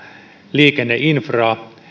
liikenneinfraa